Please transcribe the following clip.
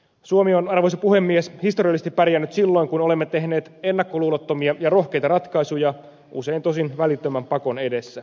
suomi on arvoisa puhemies historiallisesti pärjännyt silloin kun olemme tehneet ennakkoluulottomia ja rohkeita ratkaisuja usein tosin välittömän pakon edessä